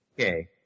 okay